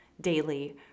daily